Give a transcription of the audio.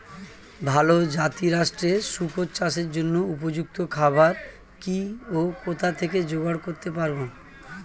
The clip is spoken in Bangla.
ভালো জাতিরাষ্ট্রের শুকর চাষের জন্য উপযুক্ত খাবার কি ও কোথা থেকে জোগাড় করতে পারব?